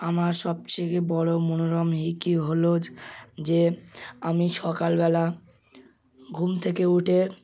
আমার সবচেয়ে বড়ো মনোরম কি হলো যে আমি সকালবেলা ঘুম থেকে উঠে